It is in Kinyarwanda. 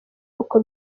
uko